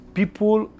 people